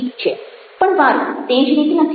પણ વારુ તે જ રીત નથી